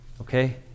Okay